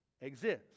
exist